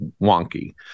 wonky